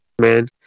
Man